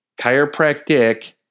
Chiropractic